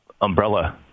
umbrella